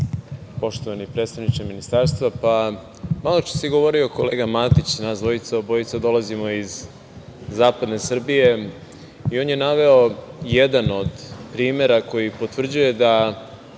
poštovani predstavniče ministarstva, pa maločas je govorio kolega Matić i nas dvojica dolazimo iz zapadne Srbije i on je naveo jedan od primera koji potvrđuje da